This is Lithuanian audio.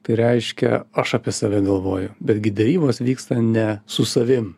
tai reiškia aš apie save galvoju betgi derybos vyksta ne su savim